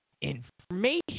information